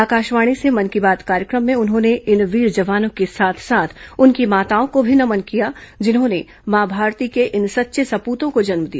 आकाशवाणी से मन की बात कार्यक्रम में उन्होंने इन वीर जवानों के साथ साथ उनकी माताओं को भी नमन किया जिन्होंने मां भारती के इन सच्चे सपूतों को जन्म दिया